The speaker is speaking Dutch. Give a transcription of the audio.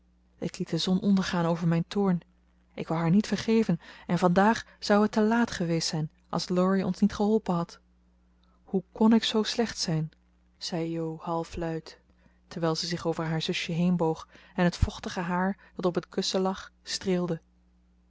ik liet de zon ondergaan over mijn toorn ik wou haar niet vergeven en vandaag zou het te laat geweest zijn als laurie ons niet geholpen had hoe kon ik zoo slecht zijn zei jo halfluid terwijl ze zich over haar zusje heenboog en het vochtige haar dat op het kussen lag streelde